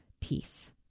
peace